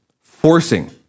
forcing